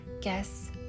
Guess